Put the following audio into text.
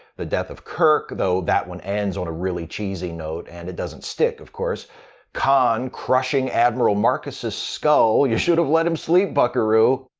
the death of kirk though that one ends on a really cheesy note, and it doesn't stick, of course khan crushing admiral marcus's skull you should have let him sleep, buckaroo!